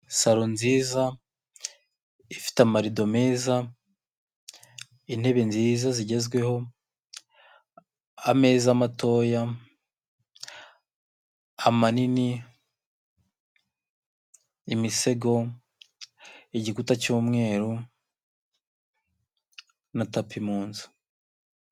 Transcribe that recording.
Saro nziza ifite amarido meza, intebe nziza zigezweho, ameza matoya, amanini, imisego, igikuta cy'umweru na tapi mu nzu.